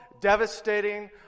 devastating